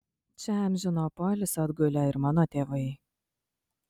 čia amžino poilsio atgulę ir mano tėvai